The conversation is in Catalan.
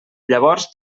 llavors